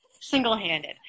single-handed